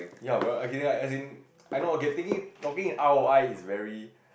ya bruh as in I know okay thinking talking in R_O_I is very